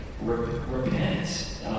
Repent